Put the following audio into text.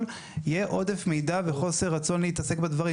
- יהיה עודף מידע וחוסר רצון להתעסק בדברים.